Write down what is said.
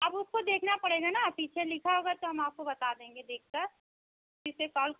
अब उसको देखना पड़ेगा ना पीछे लिखा होगा तो हम आपको बता देंगे देखकर फिर से कॉल करें